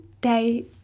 day